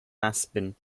aspen